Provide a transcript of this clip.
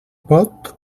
pot